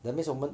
that means 我们